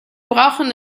brauchen